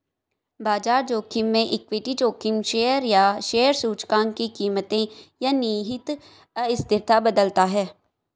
बाजार जोखिम में इक्विटी जोखिम शेयर या शेयर सूचकांक की कीमतें या निहित अस्थिरता बदलता है